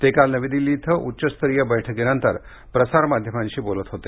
ते काल नवी दिल्ली इथं उच्चस्तरीय बैठकीनंतर प्रसारमाध्यमांशी बोलत होते